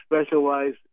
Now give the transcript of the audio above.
specialize